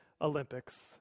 Olympics